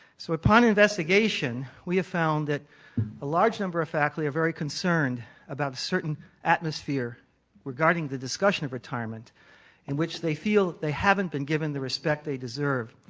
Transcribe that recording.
so upon investigation, we had found that a large number of faculty are very concerned about the certain atmosphere regarding the discussion of retirement in which they feel they haven't been given the respect they deserved.